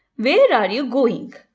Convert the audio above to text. where are you going.